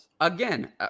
again